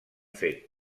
fet